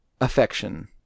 affection